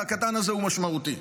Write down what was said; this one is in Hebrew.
והקטן הזה הוא משמעותי.